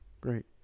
Great